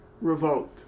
revolt